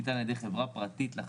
אז מה עושים?